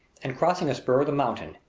and crossing a spur of the mountain,